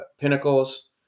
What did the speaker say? Pinnacles